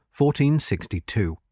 1462